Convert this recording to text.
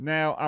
Now